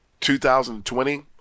2020